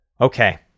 Okay